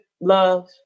love